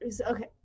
Okay